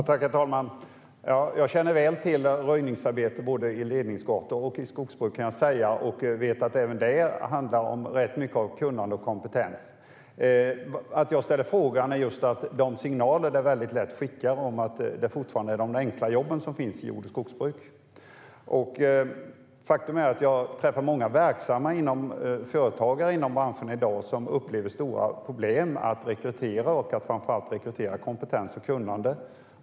Herr talman! Jag känner väl till röjningsarbete både i ledningsgator och i skogsbruk och vet att det även där handlar om rätt mycket av kunnande och kompetens. Att jag ställer frågan beror på de signaler som lätt skickas att det fortfarande är i jord och skogsbruk som de enkla jobben finns. Faktum är att jag träffar många verksamma företagare inom branscherna i dag som upplever stora problem med att rekrytera och framför allt rekrytera personal med kompetens och kunnande.